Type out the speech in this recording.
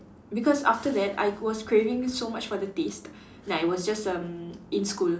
because after that I was craving so much for the taste and I was just um in school